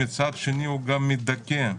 מצד שני, הוא גם מדכא.